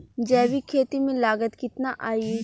जैविक खेती में लागत कितना आई?